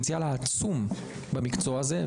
הפוטנציאל העצום במקצוע הזה,